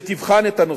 שתבחן את הנושא.